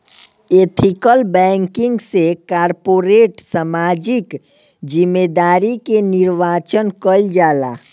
ethical banking से corporate सामाजिक जिम्मेदारी के निर्वाचन कईल जाला